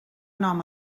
nom